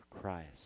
Christ